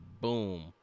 boom